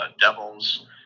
Devils